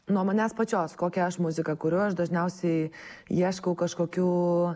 nuo manęs pačios kokią aš muziką kuriu aš dažniausiai ieškau kažkokių